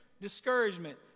discouragement